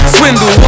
Swindle